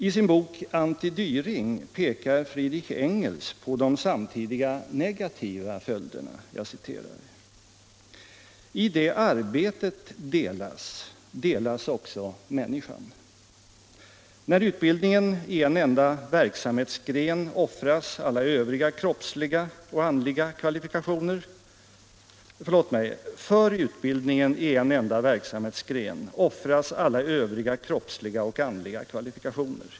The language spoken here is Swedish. I sin bok Anti-Dähring pekar Friedrich Engels på de samtidiga negativa följderna: ”I det arbetet delas, delas också människan. För utbildningen i en enda verksamhetsgren offras alla övriga kroppsliga och andliga kvalifikationer.